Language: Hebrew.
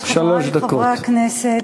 חברי חברי הכנסת,